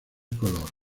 color